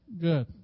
good